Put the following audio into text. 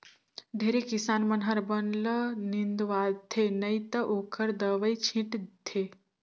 ढेरे किसान मन हर बन ल निंदवाथे नई त ओखर दवई छींट थे